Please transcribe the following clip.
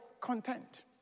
content